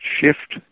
shift